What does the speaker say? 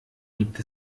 gibt